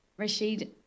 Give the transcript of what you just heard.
Rashid